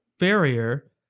barrier